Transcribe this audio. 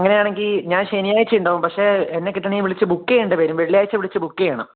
അങ്ങനെയാണെങ്കില് ഞാൻ ശനിയാഴ്ചയുണ്ടാകും പക്ഷേ എന്നെ കിട്ടണമെങ്കില് വിളിച്ച് ബുക്ക് ചെയ്യേണ്ടിവരും വെള്ളിയാഴ്ച വിളിച്ച് ബുക്ക് ചെയ്യണം